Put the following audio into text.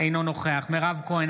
אינו נוכח מירב כהן,